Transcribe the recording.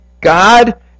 God